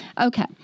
Okay